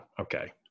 Okay